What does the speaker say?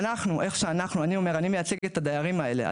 אני מייצג את הדיירים האלה.